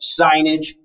signage